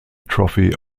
trophy